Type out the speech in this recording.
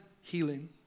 healing